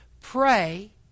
pray